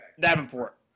Davenport